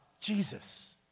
Jesus